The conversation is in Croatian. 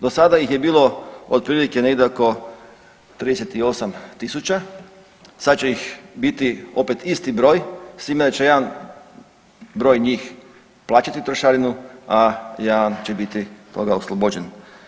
Do sada ih je bilo otprilike negdje oko 38.000, sad će ih biti opet isti broj, s time da će jedan broj njih plaćati trošarinu, a jedan će biti toga oslobođen.